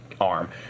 arm